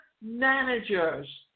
managers